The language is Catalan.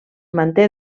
manté